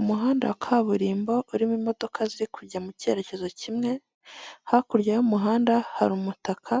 Umuhanda wa kaburimbo urimo imodoka ziri kujya mu kerehezo kimwe, hakurya y'umuhanda hari umutaka